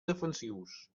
defensius